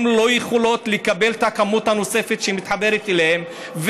הן לא יכולות לקבל את הכמות הנוספת שמתחברת אליהן,